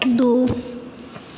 दू